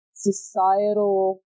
societal